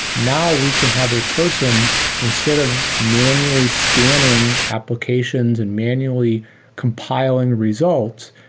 now we can have a person instead of manually scanning applications and manually compiling results,